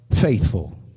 faithful